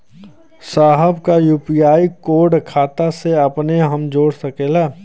साहब का UPI code खाता से अपने हम जोड़ सकेला?